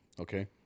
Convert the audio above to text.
Okay